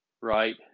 Right